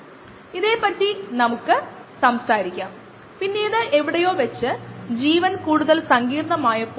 അല്ലെങ്കിൽ നമുക്ക് അനുയോജ്യമായ ജീവികളോ ദ്രാവകങ്ങളോ ഉപയോഗിക്കാം